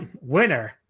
winner